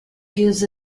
gives